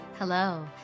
Hello